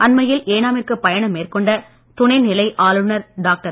அண்மையில் ஏனாமிற்கு பயணம் மேற்கொண்ட துணைநிலை ஆளுநர் டாக்டர்